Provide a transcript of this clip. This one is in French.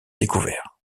découvert